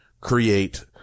create